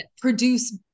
produce